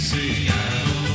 Seattle